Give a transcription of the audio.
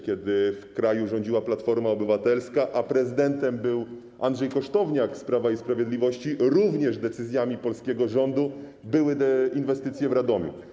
Kiedy w kraju rządziła Platforma Obywatelska, a prezydentem był Andrzej Kosztowniak z Prawa i Sprawiedliwości, również decyzjami polskiego rządu były te inwestycje w Radomiu.